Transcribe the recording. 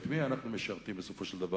את מי אנחנו משרתים בסופו של דבר?